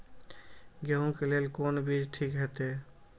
गेहूं के लेल कोन बीज ठीक होते?